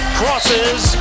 crosses